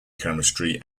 chemistry